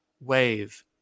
wave